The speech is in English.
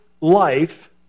life